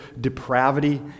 depravity